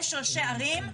יש ראשי ערים,